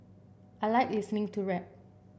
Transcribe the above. I like listening to rap